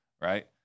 Right